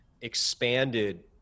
expanded